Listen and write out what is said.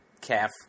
calf